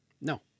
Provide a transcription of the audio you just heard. No